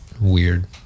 weird